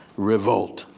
revolt.